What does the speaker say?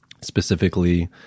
specifically